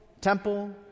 temple